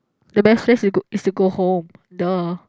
the best place is to is to go home duh